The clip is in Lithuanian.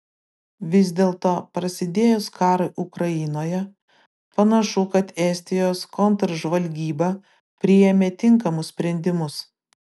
vis dėlto prasidėjus karui ukrainoje panašu kad estijos kontržvalgyba priėmė tinkamus sprendimus